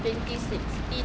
twenty sixteen